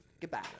Goodbye